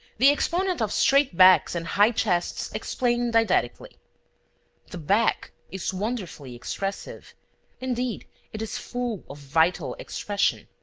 the exponent of straight backs and high chests explained didactically the back is wonderfully expressive indeed it is full of vital expression.